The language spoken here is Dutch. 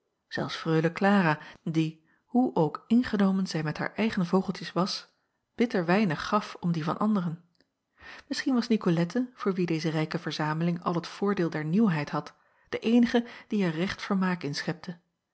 zelfs reule lara die hoe ook ingenomen zij met haar eigen vogeltjes was bitter weinig gaf om die van anderen isschien was icolette voor wie deze rijke verzameling al het voordeel der nieuwheid had de eenige die er recht vermaak in schepte